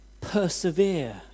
persevere